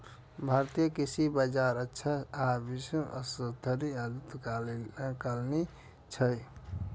भारतीय कृषि बाजार अक्षम आ किछु अंश धरि आदिम कालीन छै